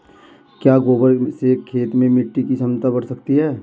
क्या गोबर से खेत में मिटी की क्षमता बढ़ जाती है?